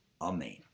Amen